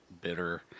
bitter